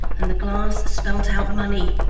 and the glass spelt out money.